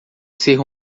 ser